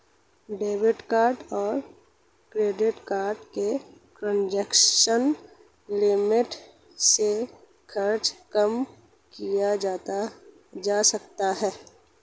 debit card और credit card का transaction limit से खर्च कम किया जा सकता है